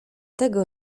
tego